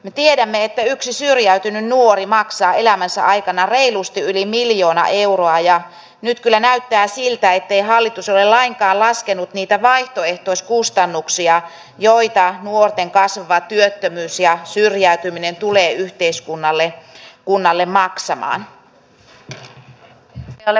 me tiedämme että yksi syrjäytynyt nuori maksaa elämänsä aikana reilusti yli miljoona euroa ja nyt kyllä näyttää siltä ettei hallitus ole lainkaan laskenut niitä vaihtoehtoiskustannuksia joita nuorten kasvava työttömyys ja syrjäytyminen tulee yhteiskunnalle maksamaan